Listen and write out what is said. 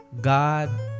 God